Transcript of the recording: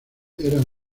eran